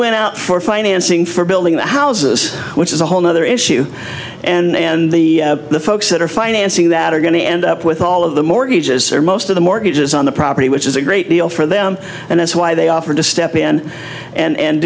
went out for financing for building houses which is a whole nother issue and the folks that are financing that are going to end up with all of the mortgages or most of the mortgages on the property which is a great deal for them and that's why they offered to step in and